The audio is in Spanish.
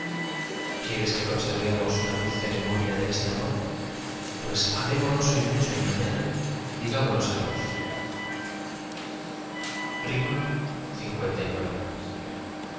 quieres que conservemos una dulce memoria de este amor pues amémonos hoy mucho y mañana digámonos adiós lix yo